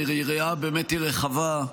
היריעה באמת רחבה,